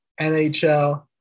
NHL